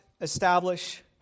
establish